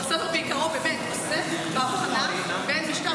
אבל הספר בעיקרו באמת עוסק בהבחנה בין משטר